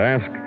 Ask